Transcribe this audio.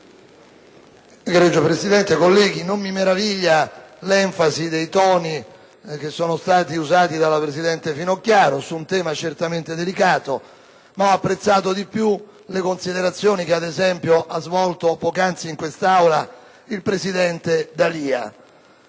Signor Presidente, colleghi, non mi meraviglia l'enfasi dei toni che sono stati usati dalla presidente Finocchiaro su un tema certamente delicato, ma ho apprezzato di più le considerazioni che ha svolto poc'anzi in quest'Aula il presidente D'Alia.